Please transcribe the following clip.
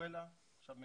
ונצואלה, עכשיו מקסיקו.